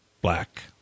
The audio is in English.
black